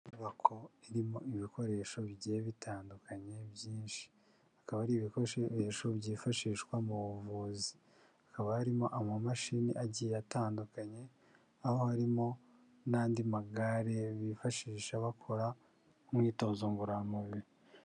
Inyubako irimo ibikoresho bigiye bitandukanye byinshi, akaba ari ibikoresho byifashishwa mu buvuzi, hakaba harimo amamashini agiye atandukanye, aho harimo n'andi magare bifashisha bakora imyitozo ngororamubiri.